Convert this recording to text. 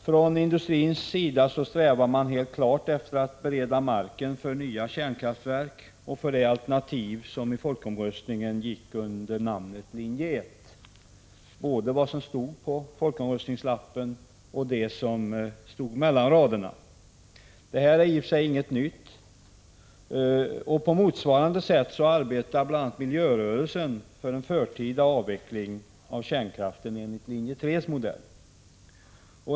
Från industrins sida strävar man helt klart efter att bereda marken för nya kärnkraftverk och för det alternativ som i folkomröstningen gick under namnet linje 1— både vad som stod på folkomröstningslappen och vad som stod mellan raderna. Det är i och för sig inget nytt. På motsvarande sätt arbetar bl.a. miljörörelsen för en förtida avveckling av kärnkraften enligt linje 3:s modell.